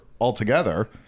altogether